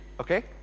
Okay